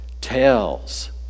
tells